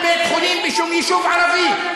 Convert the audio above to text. גם אם אין בית-חולים בשום יישוב ערבי,